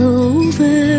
over